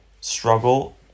struggle